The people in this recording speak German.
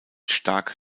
stark